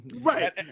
Right